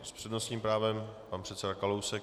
S přednostním právem pan předseda Kalousek.